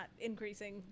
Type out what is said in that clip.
increasing